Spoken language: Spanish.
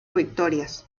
victorias